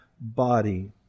body